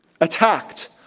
attacked